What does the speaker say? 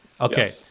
Okay